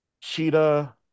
Cheetah